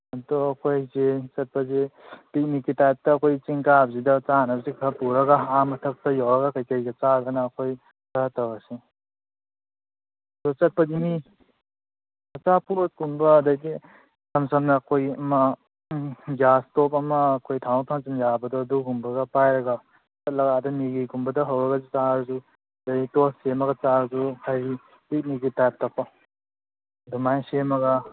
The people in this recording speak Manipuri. ꯑꯗꯣ ꯑꯩꯈꯣꯏꯁꯦ ꯆꯠꯄꯁꯦ ꯄꯤꯛꯅꯤꯛꯀꯤ ꯇꯥꯏꯞꯇ ꯑꯩꯈꯣꯏ ꯆꯤꯡ ꯀꯥꯕꯁꯤꯗ ꯆꯥꯅꯕꯁꯦ ꯈꯔ ꯄꯨꯔꯒ ꯑꯥꯥ ꯃꯊꯛꯇ ꯌꯧꯔꯒ ꯀꯩꯀꯩꯒ ꯆꯥꯗꯅ ꯑꯩꯈꯣꯏ ꯈꯔ ꯇꯧꯔꯁꯤ ꯑꯗꯨ ꯆꯠꯄꯁꯤ ꯃꯤ ꯑꯆꯥꯄꯣꯠꯀꯨꯝꯕ ꯑꯗꯩꯗꯤ ꯏꯁꯝ ꯁꯝꯅ ꯑꯩꯈꯣꯏ ꯑꯃ ꯒ꯭ꯌꯥꯁ ꯏꯁꯇꯣꯞ ꯑꯃ ꯑꯩꯈꯣꯏ ꯊꯥꯡꯗꯣꯛ ꯊꯥꯡꯖꯤꯟ ꯌꯥꯕꯗꯣ ꯑꯗꯨꯒꯨꯝꯕꯒ ꯄꯥꯏꯔꯒ ꯆꯠꯂꯒ ꯑꯗ ꯃꯦꯒꯤꯒꯨꯝꯕꯇ ꯍꯧꯔꯒ ꯆꯥꯔꯁꯨ ꯑꯗꯩ ꯇꯣꯁ ꯁꯦꯝꯃꯒ ꯆꯥꯔꯁꯨ ꯍꯥꯏꯗꯤ ꯄꯤꯛꯅꯤꯛꯀꯤ ꯇꯥꯏꯞꯇꯀꯣ ꯑꯗꯨꯃꯥꯏꯅ ꯁꯦꯝꯃꯒ